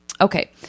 Okay